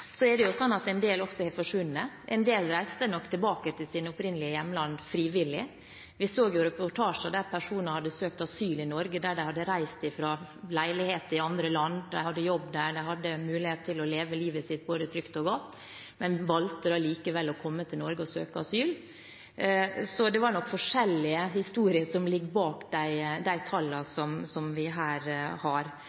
så i reportasjer at personer som hadde søkt asyl i Norge, hadde reist fra leiligheter i andre land. De hadde jobb der, de hadde mulighet til å leve livet sitt der både trygt og godt, men valgte likevel å komme til Norge og søke asyl. Så det er nok forskjellige historier som ligger bak de